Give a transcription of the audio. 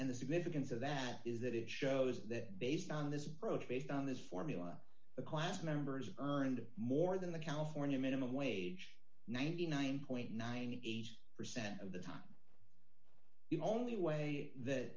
and the significance of that is that it shows that based on this approach based on this formula the class members earned more than the california minimum wage ninety nine ninety eight percent of the time the only way th